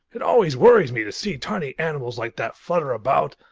it always worries me to see tiny animals like that flutter about.